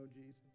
Jesus